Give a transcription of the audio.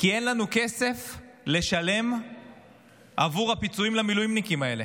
כי אין לנו כסף לשלם עבור הפיצויים למילואימניקים האלה.